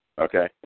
Okay